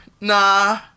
nah